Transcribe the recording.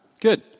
Good